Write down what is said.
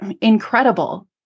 incredible